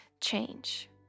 change